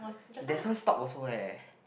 there's one stop also leh